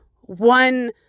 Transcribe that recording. one